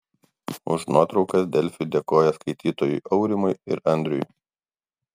už nuotraukas delfi dėkoja skaitytojui aurimui ir andriui